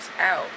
out